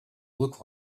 look